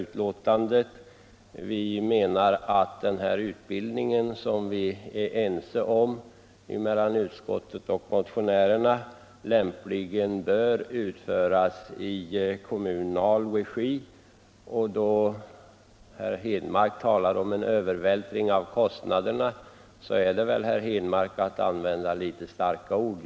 Utskottet och motionärerna är ense om att den här utbildningen behövs, men vi menar att den lämpligen skall bedrivas i kommunal regi. Herr Henmark talar om en övervältring av kostnaderna, men det är väl att använda litet starka ord.